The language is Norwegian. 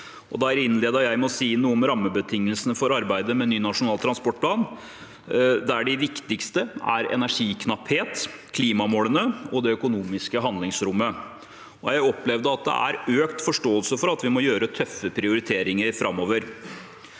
Der innledet jeg med å si noe om rammebetingelsene for arbeidet med en ny nasjonal transportplan, der de viktigste er energiknapphet, klimamålene og det økonomiske handlingsrommet, og jeg opplevde at det er økt forståelse for at vi må gjøre tøffe prioriteringer framover.